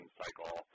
cycle